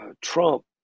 Trump